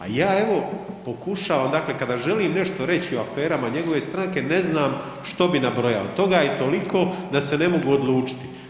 A ja evo pokušavam, dakle kada želim nešto reći o aferama njegove stranke ne znam što bi nabrojao, toga je toliko da se ne mogu odlučiti.